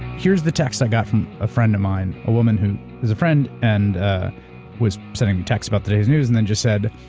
here's the text i got from a friend of mine, a woman who is a friend and ah was sending me texts about today's news and then just said,